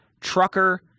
Trucker